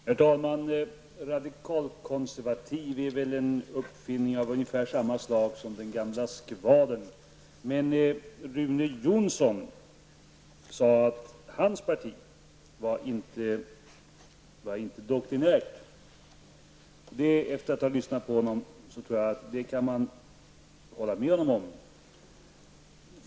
Herr talman! Radikalkonservativ är väl en uppfinning av ungefär samma slag som den gamla skvadern. Rune Jonsson sade att hans parti inte är doktrinärt. Efter att ha lyssnat på honom tror jag att jag kan hålla med om det.